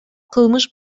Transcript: кылмыш